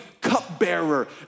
cupbearer